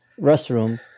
restroom